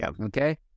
Okay